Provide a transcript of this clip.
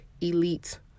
elite